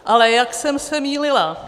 Ale jak jsem se mýlila.